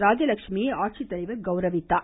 ராஜலட்சுமியை ஆட்சிததலைவர் கௌரவித்தார்